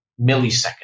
millisecond